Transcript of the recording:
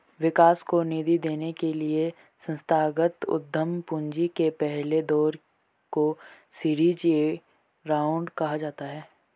विकास को निधि देने के लिए संस्थागत उद्यम पूंजी के पहले दौर को सीरीज ए राउंड कहा जाता है